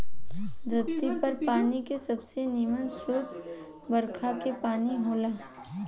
धरती पर पानी के सबसे निमन स्रोत बरखा के पानी होला